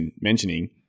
mentioning